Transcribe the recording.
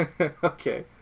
Okay